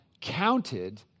counted